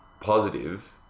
positive